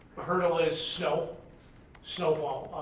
hurdle is snow snow fall,